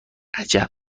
عجب